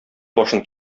башын